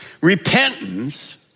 Repentance